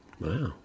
Wow